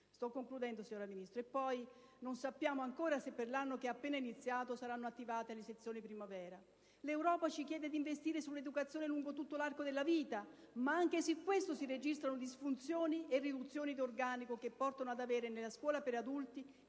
i bambini ne hanno diritto. E poi, non sappiamo ancora se per l'anno che è appena iniziato saranno attivate le sezioni primavera. L'Europa ci chiede di investire sull'educazione lungo tutto l'arco della vita, ma anche su questo si registrano disfunzioni e riduzioni di organico che portano ad avere nella scuola per adulti